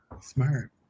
Smart